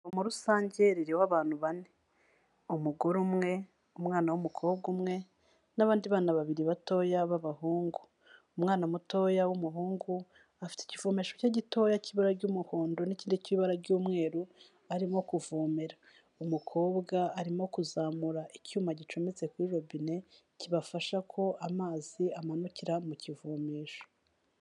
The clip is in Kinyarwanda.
Ivomo rusange ririho abantu bane. Umugore umwe, umwana w'umukobwa umwe n'abandi bana babiri batoya b'abahungu. Umwana mutoya w'umuhungu afite ikivomesho cye gitoya cy'ibara ry'umuhondo n'ikindi cy'ibara ry'umweru arimo kuvomera. Umukobwa arimo kuzamura icyuma gicometse kuri robine kibafasha ko amazi amanukira mu kivomesho.